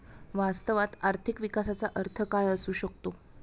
वास्तवात आर्थिक विकासाचा अर्थ काय असू शकतो?